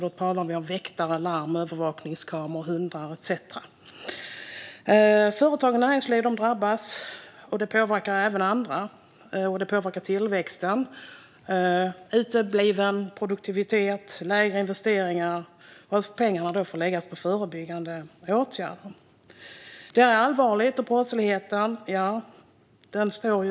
Då talar vi om väktare, larm, övervakningskameror, hundar etcetera. Företag och näringsliv drabbas, och det påverkar även andra. Det påverkar också tillväxten i form av utebliven produktivitet och lägre investeringar för att pengarna får läggas på förebyggande åtgärder. Det är allvarligt.